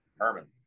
Herman